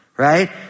Right